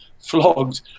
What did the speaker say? flogged